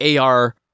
AR